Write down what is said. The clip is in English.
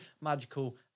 magical